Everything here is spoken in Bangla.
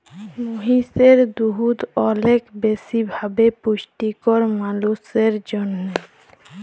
মহিষের দুহুদ অলেক বেশি ভাবে পুষ্টিকর মালুসের জ্যনহে